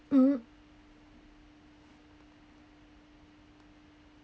mm